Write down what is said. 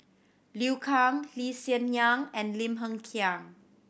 Liu Kang Lee Hsien Yang and Lim Hng Kiang